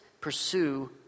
pursue